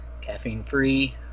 caffeine-free